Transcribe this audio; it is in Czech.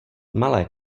malé